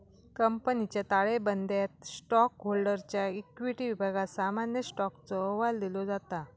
कंपनीच्या ताळेबंदयात स्टॉकहोल्डरच्या इक्विटी विभागात सामान्य स्टॉकचो अहवाल दिलो जाता